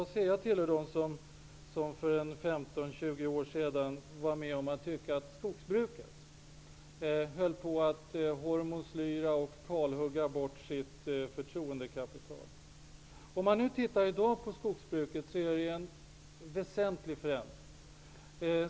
Jag hör till dem som för 15--20 år sedan var med om att tycka att skogsbruket höll på att ''hormoslyra'' och kalhugga bort sitt förtroendekapital. I dag har det skett en väsentlig förändring inom skogsbruket.